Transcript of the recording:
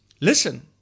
Listen